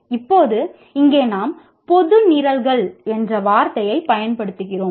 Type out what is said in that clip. இப்போது இங்கே நாம் பொது நிரல்கள் என்ற வார்த்தையைப் பயன்படுத்துகிறோம்